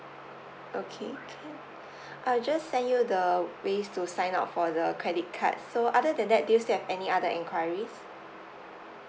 okay can I'll just send you the ways to sign up for the credit card so other than do you still have any other enquiries